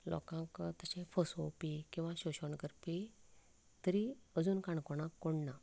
लोकांक तशें फसोवपी किंवा शोशण करपी तरी अजून काणकोणाक कोण ना